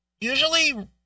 usually